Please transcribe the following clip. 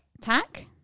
tack